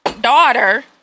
daughter